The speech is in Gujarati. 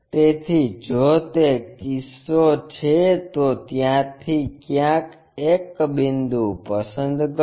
તેથી જો તે કિસ્સો છે તો ત્યાંથી ક્યાંક એક બિંદુ પસંદ કરો